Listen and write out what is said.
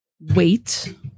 wait